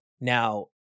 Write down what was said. Now